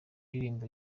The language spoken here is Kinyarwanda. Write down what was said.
indirimbo